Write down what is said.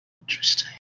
interesting